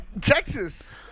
texas